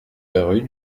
rue